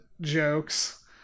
Jokes